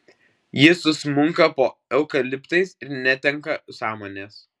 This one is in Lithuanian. ji susmunka po eukaliptais ir netenka sąmonės